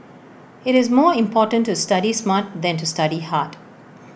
IT is more important to study smart than to study hard